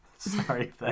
Sorry